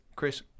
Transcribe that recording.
Chris